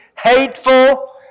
hateful